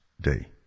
day